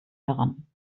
heran